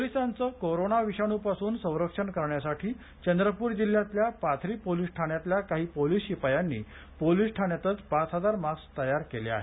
पोलिसांचं कोरोना विषाणूपासून संरक्षण करण्यासाठी चंद्रपूर जिल्ह्यातल्या पाथरी पोलीस ठाण्यातल्या काही पोलीस शिपायांनी पोलीस ठाण्यातच पाच हजार मास्क तयार केले आहेत